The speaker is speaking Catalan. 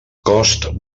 cost